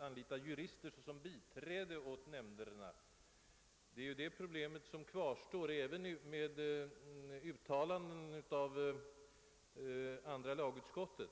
anlita jurister som biträde åt nämnderna kvarstår även efter detta uttalande av andra lagutskottet.